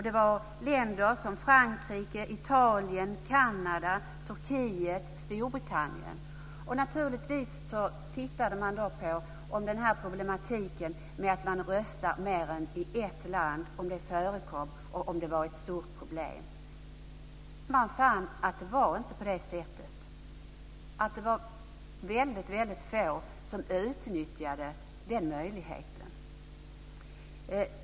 Det var länder som Frankrike, Italien, Kanada, Turkiet, Storbritannien. Naturligtvis tittade vi på om problematiken med att man röstar i mer än ett land förekom och om det var ett stort problem. Vi fann att det inte var på det sättet. Det var väldigt få som utnyttjade den möjligheten.